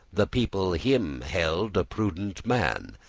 the people him held a prudent man,